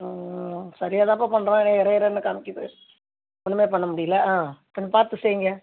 சரியாக தான்பா பண்ணுறேன் ஆனால் எரர் எரர்னு காமிக்கிது ஒன்றுமே பண்ண முடியலை ஆ கொஞ்சம் பார்த்து செய்யுங்க